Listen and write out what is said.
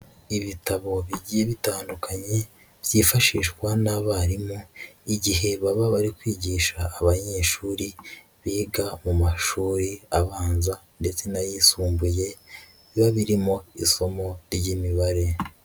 Ibitabo bigiye bitandukanye byifashishwa n'abarimu igihe baba bari kwigisha abanyeshuri biga mu mashuri abanza ndetse n'ayisumbuye biba birimo isomo ry'imibare.